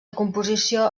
composició